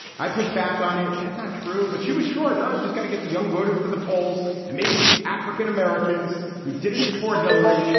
i pushed back on it. that's not true. but she was short. now, you just got to get the young voters to the polls and maybe african-americans who didn't support hillary,